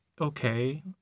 okay